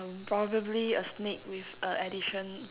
um probably a snake with a addition